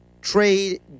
trade